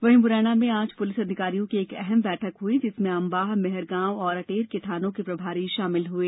वहीं मुरैना में आज पुलिस अधिकारियों की एक अहम बैठक हुई जिसमें अम्बा मेहरगांव और अटेर के थानों के प्रभारी शामिल हुए